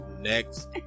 next